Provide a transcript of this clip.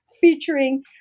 featuring